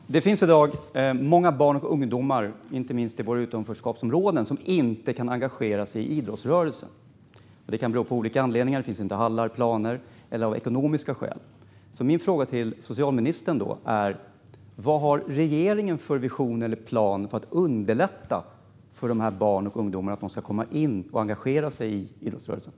Herr talman! Det finns i dag många barn och ungdomar inte minst i våra utanförskapsområden som inte kan engagera sig i idrottsrörelsen. Det kan ha olika anledningar; det kanske inte finns hallar och planer, eller också är det av ekonomiska skäl. Min fråga till socialministern är vad regeringen har för vision eller plan för att underlätta för dessa barn och ungdomar att komma in i idrottsrörelsen och engagera sig där?